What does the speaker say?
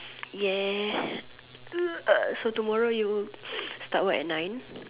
yes so tomorrow you start work at nine